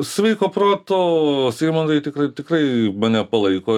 sveiko proto seimo nariai tikrai tikrai mane palaiko